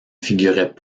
figuraient